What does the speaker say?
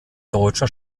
deutscher